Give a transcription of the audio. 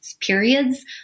periods